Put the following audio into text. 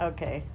Okay